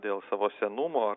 dėl savo senumo ar